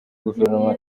guverinoma